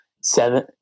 seven